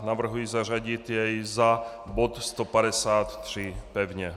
Navrhuji zařadit jej za bod 153 pevně.